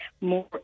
more